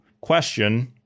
question